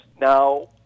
Now